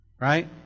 Right